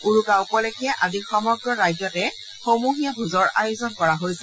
উৰুকা উপলক্ষে আজি সমগ্ৰ ৰাজ্যতে সমৃহীয়া ভোজৰ আয়োজন কৰা হৈছে